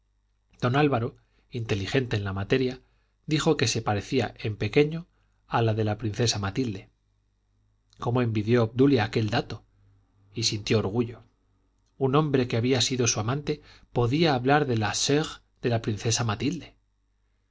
don álvaro inteligente en la materia dijo que se parecía en pequeño a la de la princesa matilde cómo envidió obdulia aquel dato y sintió orgullo un hombre que había sido su amante podía hablar de la serre de la princesa matilde